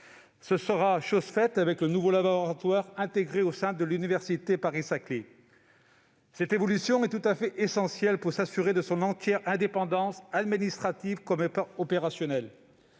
Ce sera chose faite avec le nouveau laboratoire intégré au sein de l'université Paris-Saclay. Cette évolution est tout à fait essentielle pour s'assurer de son entière indépendance, administrative comme opérationnelle.